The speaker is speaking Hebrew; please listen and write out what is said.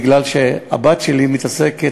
מפני שהבת שלי מתעסקת,